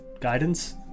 guidance